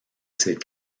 ces